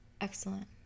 excellent